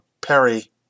Perry